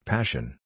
Passion